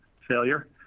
failure